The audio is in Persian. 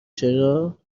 چرا